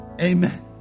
Amen